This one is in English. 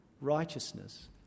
Righteousness